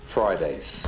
Fridays